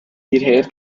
hierher